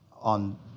on